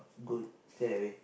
good stay that way